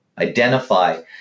identify